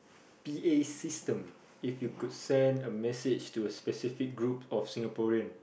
p_a system if you could send a message to a specific group of Singaporean